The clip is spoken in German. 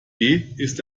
ist